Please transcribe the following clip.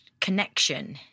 connection